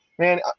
man